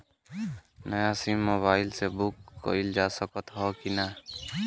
नया SIM mobile से book कइलजा सकत ह कि ना?